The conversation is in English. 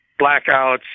blackouts